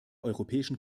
europäischen